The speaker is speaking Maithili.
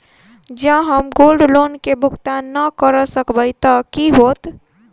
जँ हम गोल्ड लोन केँ भुगतान न करऽ सकबै तऽ की होत?